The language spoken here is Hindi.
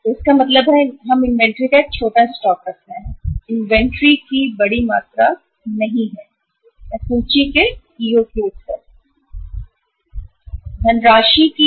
तो इसका मतलब है कि हम इन्वेंट्री का एक छोटा स्टॉक रख रहे हैं ना कि इन्वेंट्री की बड़ी मात्रा या यह कह सकते हैं कि EOQ का इन्वेंटरी स्तर रख रहे हैं